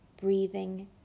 Breathing